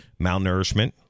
malnourishment